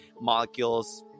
molecules